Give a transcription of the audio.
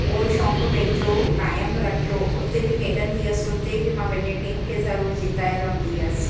उहो शौक़ु पंहिंजो कायमि रखियो उते बि खेॾंदी हुयसि उते बि मां पंहिंजे टीम खे ज़रूरु जिताए रहंदी हुयसि